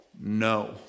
no